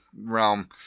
realm